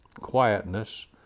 quietness